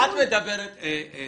תעשה הכול.